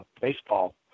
Baseball